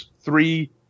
three